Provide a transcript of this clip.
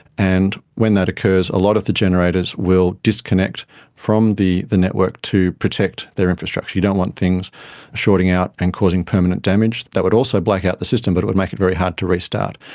and when that occurs a lot of the generators will disconnect from the the network to protect their infrastructure. you don't want things shorting out and causing permanent damage, that would also blackout the system but it would make it very hard to restart.